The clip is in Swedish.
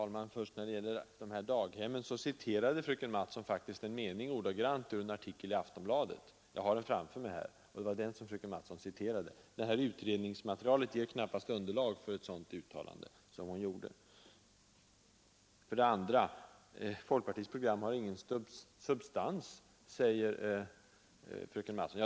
Herr talman! När det gällde daghemmen citerade fröken Mattson faktiskt en mening ordagrant ur en artikel i Aftonbladet. Jag har den framför mig här. Utredningsmaterialet ger knappast underlag för ett sådant uttalande som hon gjorde. Folkpartiets program har ingen substans, säger fröken Mattson.